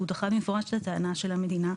הוא דחה במפורש את הטענה של המדינה.